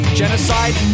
genocide